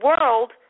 world